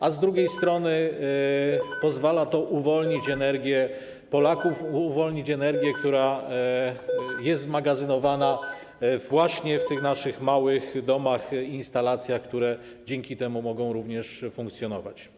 A z drugiej strony pozwala to uwolnić energię Polaków, uwolnić energię, która jest zmagazynowana właśnie w tych naszych małych domach, instalacjach, które dzięki temu mogą funkcjonować.